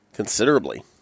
Considerably